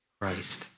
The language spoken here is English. Christ